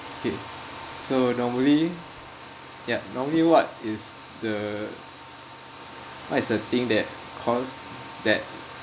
K so normally ya normally what is the what is the thing that cause that